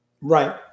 Right